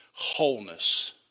Wholeness